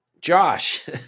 Josh